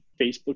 Facebook